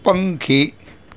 પંખી